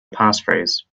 passphrase